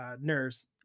nerves